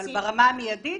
ברמה המיידית